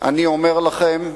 אני אומר לכם,